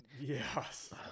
Yes